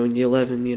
yeah eleven. you know